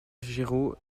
géraud